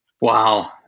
Wow